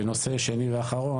נושא שני ואחרון,